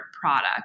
product